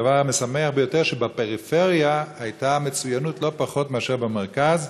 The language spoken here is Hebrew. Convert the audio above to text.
הדבר המשמח ביותר הוא שבפריפריה הייתה מצוינות לא פחות מאשר במרכז.